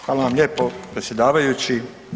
Hvala vam lijepo predsjedavajući.